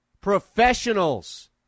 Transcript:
Professionals